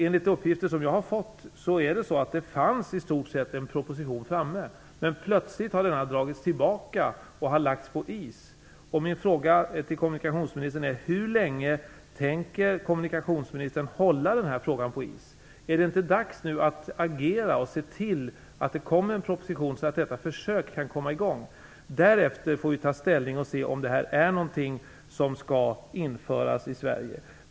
Enligt uppgifter som jag har fått fanns det i stort sett en färdig proposition, men plötsligt har denna dragits tillbaka och lagts på is. Hur länge tänker kommunikationsministern hålla den här frågan på is? Är det nu inte dags att agera och att se till att det kommer en proposition så att detta försök kan komma i gång? Därefter får vi ta ställning till om det här är något som skall införas i Sverige.